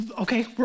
Okay